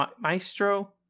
Maestro